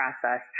process